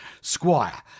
Squire